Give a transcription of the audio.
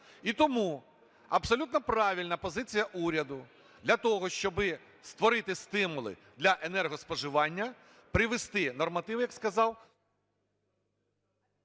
І тому абсолютно правильна позиція уряду: для того, щоби створити стимули для енергоспоживання, привести нормативи, як сказав…